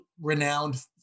renowned